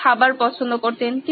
তিনি খাবার পছন্দ করতেন